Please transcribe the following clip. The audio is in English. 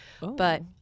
but-